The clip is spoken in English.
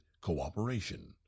cooperation